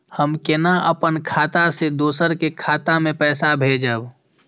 हम केना अपन खाता से दोसर के खाता में पैसा भेजब?